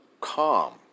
calm